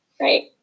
Right